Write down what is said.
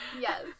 yes